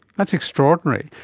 that's extraordinary.